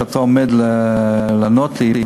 שעומד לענות לי,